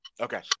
Okay